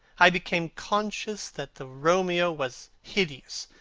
i became conscious that the romeo was hideous,